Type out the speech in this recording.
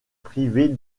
privée